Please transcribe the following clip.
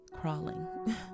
crawling